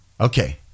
Okay